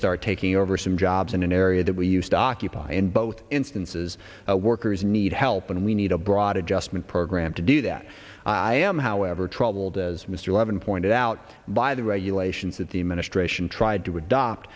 start taking over some jobs in an area that we used to occupy in both instances workers need help and we need a broad adjustment program to do that i am however troubled as mr levin pointed out by the regulations that the administration tried to adopt